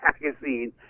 magazine